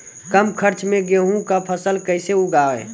कम खर्च मे गेहूँ का फसल कैसे उगाएं?